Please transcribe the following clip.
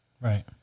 Right